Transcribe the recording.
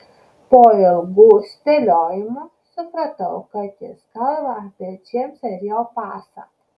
po ilgų spėliojimų supratau kad jis kalba apie džeimsą ir jo pasą